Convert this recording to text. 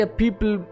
people